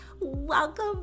Welcome